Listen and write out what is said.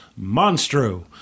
Monstro